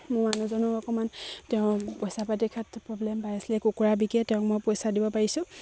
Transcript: মোৰ মানুহজনৰ অকমান তেওঁ পইচা পাতিৰ ক্ষেত্ৰত প্ৰব্লেম পাই আছিলে কুকুৰা বিকিয়ে তেওঁক মই পইচা দিব পাৰিছোঁ